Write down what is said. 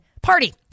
party